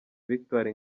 victoire